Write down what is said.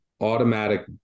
automatic